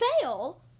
Fail